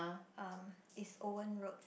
um it's Owen-Road